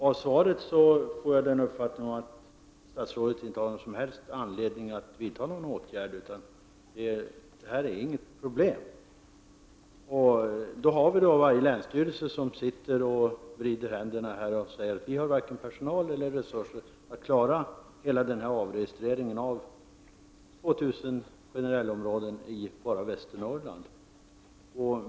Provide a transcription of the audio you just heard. Av svaret får jag den uppfattningen att statsrådet inte anser sig ha någon som helst anledning att vidta åtgärder och att det inte finns något problem. Faktum kvarstår dock att man på länsstyrelserna sitter och vrider sina händer och säger att man varken har personal eller andra resurser för att klara alla avregistreringar. I bara Västernorrland rör det sig om 2 000 generellområden.